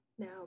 now